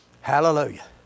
Hallelujah